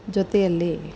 ಜೊತೆಯಲ್ಲಿ